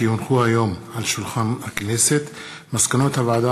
כי הונחו היום על שולחן הכנסת מסקנות הוועדה